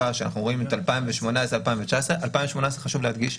כשאנחנו רואים את 2018-2019. 2018, חשוב להדגיש,